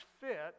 fit